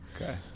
Okay